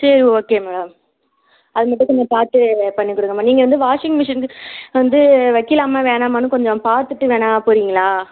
சரி okay madam அது மட்டும் கொஞ்சம் பார்த்து பண்ணி கொடுங்க மேடம் நீங்கள் வந்து வாஷிங் மிஷினுக்கு வந்து வைக்கலாமா வேணாமான்னு கொஞ்சம் பார்த்துட்டு வேணால் போகறீங்களா